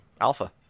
Alpha